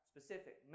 Specific